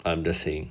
I'm just saying